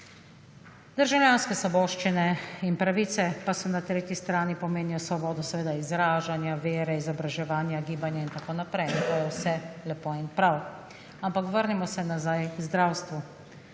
Državljanske svoboščine in pravice pa so na tretji strani pomenijo svobodo seveda izražanja, vere, izobraževanja, gibanja in tako naprej in to je vse lepo in prav, ampak vrnimo se nazaj k zdravstvu.